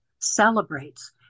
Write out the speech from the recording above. celebrates